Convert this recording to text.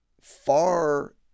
far